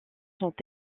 sont